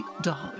dollars